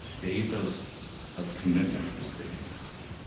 the ethos of commitment, is the ethos.